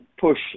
push